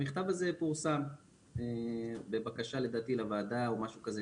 המכתב הזה פורסם בבקשה לדעתי לוועדה או משהו כזה,